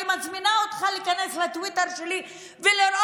אני מזמינה אותך להיכנס לטוויטר שלי ולראות